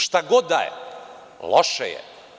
Šta god da je, loše je.